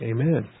Amen